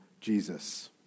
Jesus